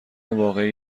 واقعی